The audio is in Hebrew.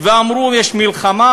ואמרו: יש מלחמה,